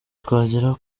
twagera